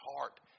heart